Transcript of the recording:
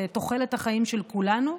לתוחלת החיים של כולנו,